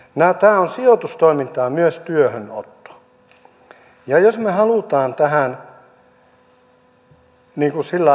tämä on sijoitustoimintaa myös työhönotto ja jos me haluamme tähän sillä lailla